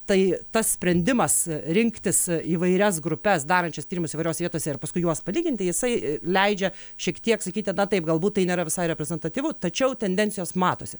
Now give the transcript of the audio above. tai tas sprendimas rinktis įvairias grupes darančias tyrimus įvairiose vietose ir paskui juos palyginti jisai leidžia šiek tiek sakyti na taip galbūt tai nėra visai reprezentatyvu tačiau tendencijos matosi